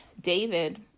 David